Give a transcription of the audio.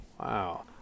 Wow